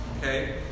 okay